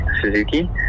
Suzuki